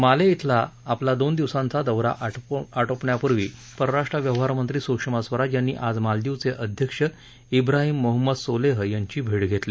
माले इथला आपला दोन दिवसांचा दौरा आटोपण्यापूर्वी परराष्ट्र व्यवहार मंत्री स्षमा स्वराज यांनी आज मालदीवचे अध्यक्ष इब्राहिम मोहम्मद सोलेह यांची भेट घेतली